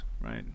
right